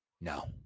No